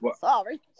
sorry